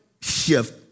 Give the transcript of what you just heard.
shift